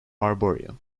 arboreal